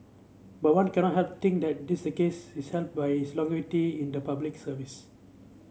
but one cannot help think that this case is helped by his longevity in the Public Service